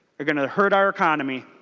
are going to hurt our economy.